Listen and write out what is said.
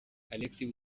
alexis